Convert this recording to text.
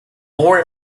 more